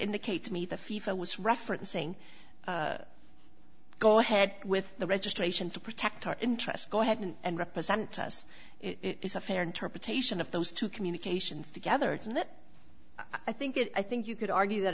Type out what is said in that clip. indicate to me the fever was referencing go ahead with the registration to protect our interests go ahead and represent us is a fair interpretation of those two communications together and that i think it i think you could argue that